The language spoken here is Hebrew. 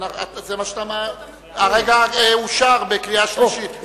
הרגע אושר בקריאה שלישית.